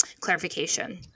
clarification